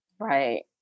Right